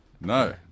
no